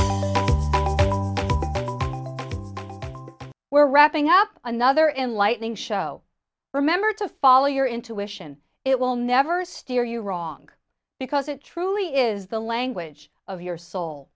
we're wrapping up another enlightening show remember to follow your intuition it will never steer you wrong because it truly is the language of your soul